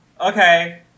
Okay